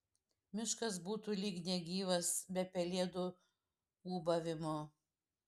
miškas būtų lyg negyvas be pelėdų ūbavimo